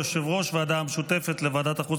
יושב-ראש הוועדה המשותפת לוועדת החוץ